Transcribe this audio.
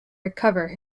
recover